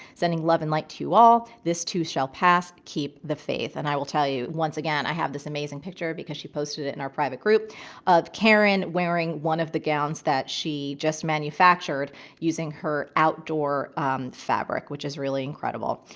sending love and light to all. this, too, shall pass. keep the faith. and i will tell you once again, i have this amazing picture because she posted it in our private group of caryn wearing one of the gowns that she just manufactured using her outdoor fabric, which is really incredible.